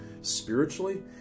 spiritually